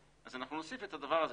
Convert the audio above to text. אנחנו נוסיף את הדבר הזה.